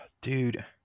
Dude